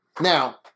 now